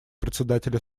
председателя